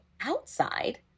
outside